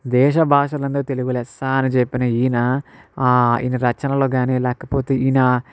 దేశభాషలందు తెలుగు లెస్స అని చెప్పిన ఈయన రచనలుగాని లేకపోతే ఈయన